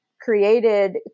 created